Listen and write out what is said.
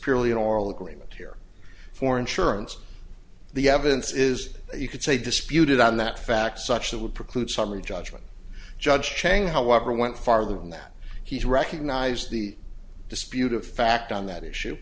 purely an oral agreement here for insurance the evidence is you could say disputed on that fact such that would preclude summary judgment judge chang however went farther than that he's recognized the disputed fact on that issue